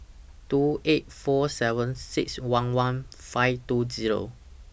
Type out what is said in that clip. two eight four seven six one one five two Zero